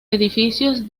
edificios